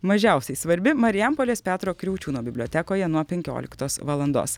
mažiausiai svarbi marijampolės petro kriaučiūno bibliotekoje nuo penkioliktos valandos